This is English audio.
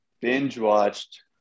Binge-watched